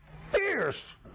fierce